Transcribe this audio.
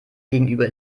gegenüber